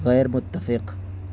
غیر متفق